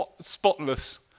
spotless